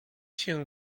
się